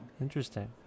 Interesting